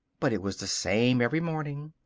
but it was the same every morning.